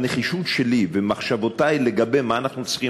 הנחישות שלי ומחשבותי לגבי מה אנחנו צריכים